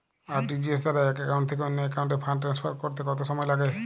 RTGS দ্বারা এক account থেকে অন্য একাউন্টে ফান্ড ট্রান্সফার করতে কত সময় লাগে?